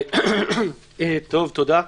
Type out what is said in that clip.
טוב, תודה.